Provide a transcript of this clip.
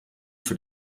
für